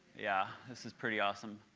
yeah, this is pretty awesome.